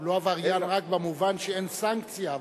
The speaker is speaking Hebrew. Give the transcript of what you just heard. הוא לא עבריין רק במובן שאין סנקציה,